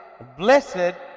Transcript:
blessed